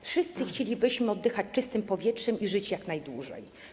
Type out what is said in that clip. Wszyscy chcielibyśmy oddychać czystym powietrzem i żyć jak najdłużej.